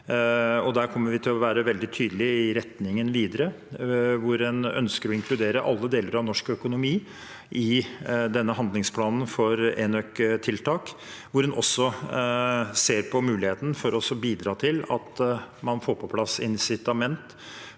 Der kommer vi til å være veldig tydelige når det gjelder retningen videre. En ønsker å inkludere alle deler av norsk økonomi i denne handlingsplanen for enøktiltak, og en ser også på muligheten for å bidra til at man får på plass insitament